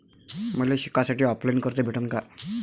मले शिकासाठी ऑफलाईन कर्ज भेटन का?